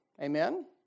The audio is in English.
Amen